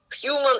Human